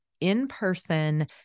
in-person